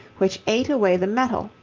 which ate away the metal,